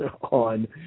on